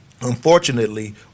Unfortunately